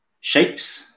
shapes